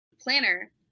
planner